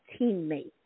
teammate